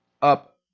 up